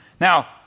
now